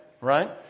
right